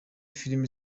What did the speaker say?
filimi